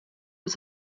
was